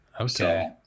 okay